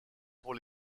pour